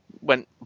went